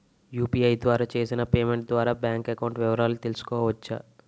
UPI ద్వారా చేసిన payment ద్వారా బ్యాంక్ అకౌంట్ వివరాలు తెలుసుకోవచ్చ?